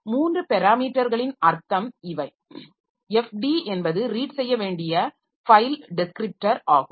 மூன்று பெராமீட்டர்கள்களின் அர்த்தம் இவை fd என்பது ரீட் செய்ய வேண்டிய ஃபைல் டெஸ்கிரிப்டர் ஆகும்